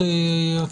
זאת